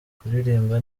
kuririmba